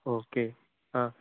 okay आं